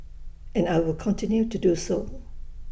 and I will continue to do so